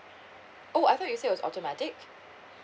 oh I thought you say it was automatic